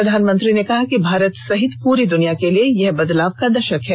प्रधानमंत्री ने कहा कि भारत सहित पूरी दुनिया के लिए यह बदलाव का दशक है